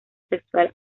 sexual